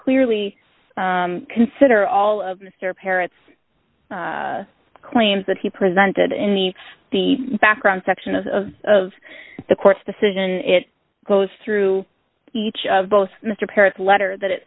clearly consider all of mr parrot's claims that he presented in the background section of the of of the court's decision it goes through each of both mr perez letter that it